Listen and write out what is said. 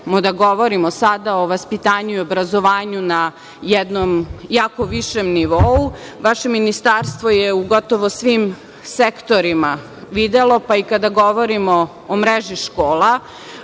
da govorimo sada o vaspitanju i obrazovanju na jednom jako višem nivou, vaše ministarstvo je u gotovo svim sektorima videlo, pa i kada govorimo o mreži škola,